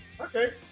Okay